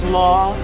law